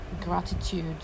Gratitude